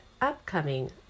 upcoming